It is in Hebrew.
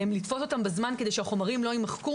לתפוס אותן בזמן כדי שהחומרים לא יימחקו,